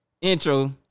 intro